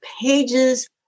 pages